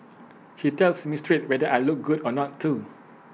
he tells me straight whether I look good or not too